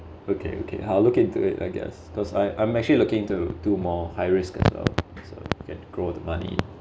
okay okay I'll look into it I guess cause I I'm actually looking into two more high risk as well so can grow the money